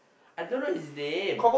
I don't know his name